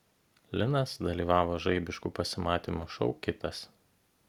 linas dalyvavo žaibiškų pasimatymų šou kitas